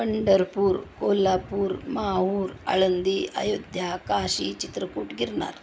Pandharpur Kolhapur Mahur Alandi Ayodhya Kashi Chitrakoot Girnar